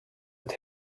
but